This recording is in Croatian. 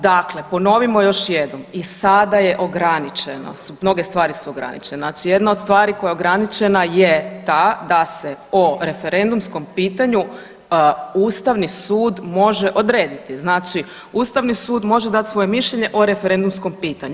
Dakle, ponovimo još jednom i sada je ograničeno, mnoge stvari su ograničene znači jedna od stvari koja je ograničena je ta da se o referendumskom pitanju Ustavni sud može odrediti, znači Ustavni sud može dati svoje mišljenje o referendumskom pitanju.